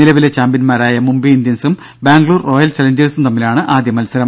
നിലവിലെ ചാമ്പ്യന്മാരായ മുംബൈ ഇന്ത്യൻസും ബംഗളൂർ റോയൽ ചലഞ്ചേഴ്സും തമ്മിലാണ് ആദ്യമത്സരം